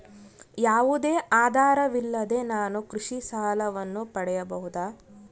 ಯಾವುದೇ ಆಧಾರವಿಲ್ಲದೆ ನಾನು ಕೃಷಿ ಸಾಲವನ್ನು ಪಡೆಯಬಹುದಾ?